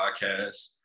podcast